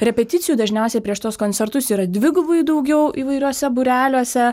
repeticijų dažniausiai prieš tuos koncertus yra dvigubai daugiau įvairiuose būreliuose